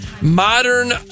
modern